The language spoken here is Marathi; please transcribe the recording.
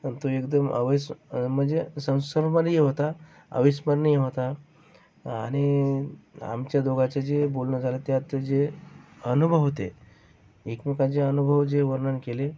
आणि तो एकदम अवयस्म म्हणजे संस्मरणीय होता अविस्मरणीय होता आणि आमच्या दोघांचं जे बोलणं झालं त्यात जे अनुभव होते एकमेकांचे अनुभव जे वर्णन केले